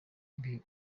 ibiri